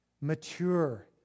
mature